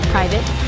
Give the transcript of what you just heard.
Private